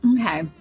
Okay